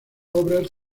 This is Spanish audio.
obras